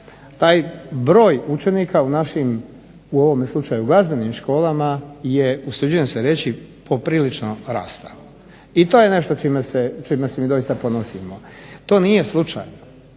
taj broj učenika u našim, u ovome slučaju glazbenim školama, je usuđujem se reći poprilično rastao. I to je nešto čime se mi doista ponosimo. To nije slučajno,